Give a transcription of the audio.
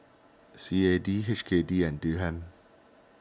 C A D H K D and Dirham